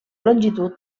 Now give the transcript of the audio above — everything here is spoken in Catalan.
longitud